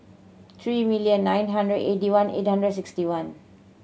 three million nine hundred eighty one eight hundred sixty one